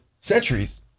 centuries